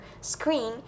screen